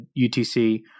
UTC